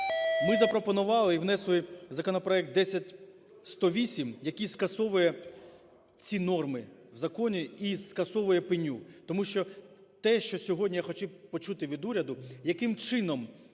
Ми запропонували і внесли законопроект 10108, який скасовує ці норми в законі і скасовує пеню. Тому що те, що сьогодні я хотів почути від уряду, яким чином